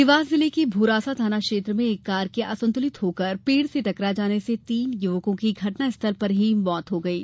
देवास जिले के भोरासा थाना क्षेत्र में एक कार के असंतुलित होकर पेड़ से टकरा जाने से तीन युवकों की घटनास्थल पर ही मौत हो गयी